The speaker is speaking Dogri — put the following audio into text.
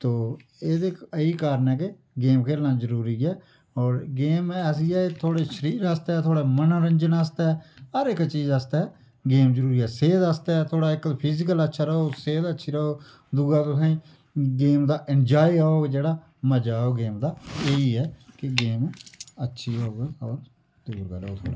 तो एह्दे ऐही कारण ऐ कि गेम खेल्लना जरूरी ऐ होर गेम ऐसी ऐ थुआढ़े शरीर आस्तै थुआढ़े मनोरंजन आस्तै हर इक चीज आस्तै गेम जरूरी ऐ सेह्त आस्तै थुआढ़ा एक फिज़िकल अच्छा रौह्ग सेह्त अच्छा रौह्ग दूआ तुसें ई गेम दा इंजॉय होग जेह्ड़ा मजा औग गेम दा एह् ई ऐ कि गेम अच्छी होग दूर करग थुआढ़ा स्ट्रेस